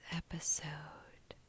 episode